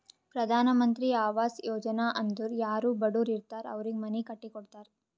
ಪ್ರಧಾನ್ ಮಂತ್ರಿ ಆವಾಸ್ ಯೋಜನಾ ಅಂದುರ್ ಯಾರೂ ಬಡುರ್ ಇರ್ತಾರ್ ಅವ್ರಿಗ ಮನಿ ಕಟ್ಟಿ ಕೊಡ್ತಾರ್